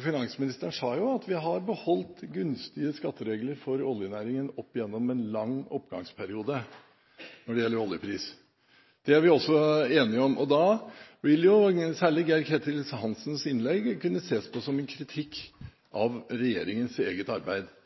Finansministeren sa at vi har beholdt gunstige skatteregler for oljenæringen gjennom en lang oppgangsperiode når det gjelder oljepris – det er vi også enige om. Da vil særlig Geir-Ketil Hansens innlegg kunne ses på som en kritikk av regjeringens eget arbeid.